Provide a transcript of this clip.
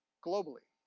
globally?